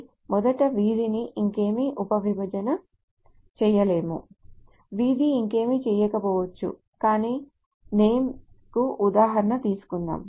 కాబట్టి మొదటి వీధిని ఇంకేమీ ఉపవిభజన చేయలేము street ఇంకేమీ చేయకపోవచ్చు కాని name కు ఉదాహరణ తీసుకుందాం